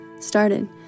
started